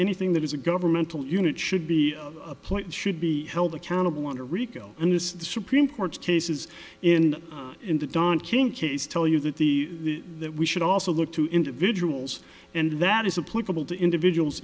anything that is a governmental unit should be applied should be held accountable under rico and the supreme court's cases in the don king case tell you that the that we should also look to individuals and that is a political to individuals